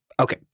Okay